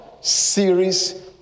series